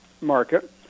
market